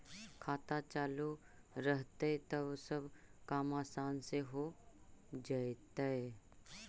खाता चालु रहतैय तब सब काम आसान से हो जैतैय?